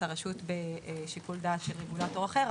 הרשות או שיקול הדעת של רגולטור אחר,